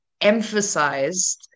emphasized